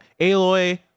Aloy